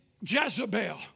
Jezebel